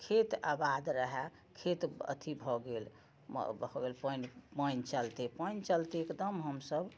खेत आबाद रहै खेत अथी भऽ गेल भऽ गेल पानि चलते पानि चलते एकदम हमसब